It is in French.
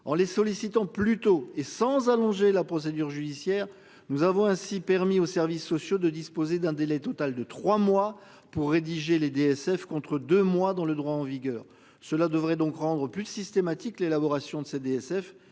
en les sollicitant plutôt et sans allonger la procédure judiciaire. Nous avons ainsi permis aux services sociaux de disposer d'un délai total de 3 mois pour rédiger les DSF contre deux mois dans le droit en vigueur. Cela devrait donc rendre plus systématique l'élaboration de ces DSF